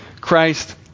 Christ